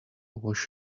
wash